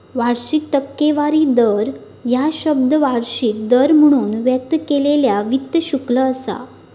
वार्षिक टक्केवारी दर ह्या शब्द वार्षिक दर म्हणून व्यक्त केलेला वित्त शुल्क असा